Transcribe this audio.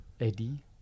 Eddie